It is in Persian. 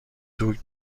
دوگ